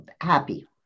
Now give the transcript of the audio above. happy